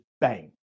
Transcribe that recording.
bang